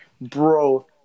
Bro